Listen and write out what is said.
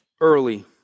early